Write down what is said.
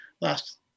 last